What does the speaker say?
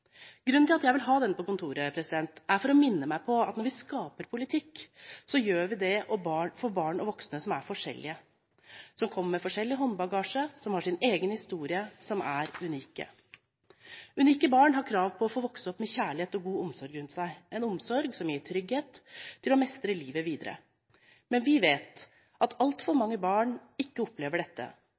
Grunnen til at jeg vil ha denne på kontoret, er at den skal minne meg på at når vi skaper politikk, gjør vi det for barn og voksne, som er forskjellige, som kommer med forskjellig håndbagasje, som har sin egen historie – som er unike. Unike barn har krav på å få vokse opp med kjærlighet og god omsorg rundt seg, en omsorg som gir trygghet til å mestre livet videre. Men vi vet at altfor mange barn ikke opplever dette.